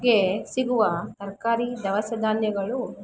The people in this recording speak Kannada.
ಗೆ ಸಿಗುವ ತರಕಾರಿ ದವಸ ಧಾನ್ಯಗಳು